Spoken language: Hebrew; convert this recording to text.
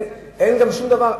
אין גם שום דבר,